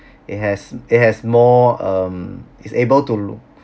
it has it has more um is able to